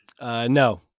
No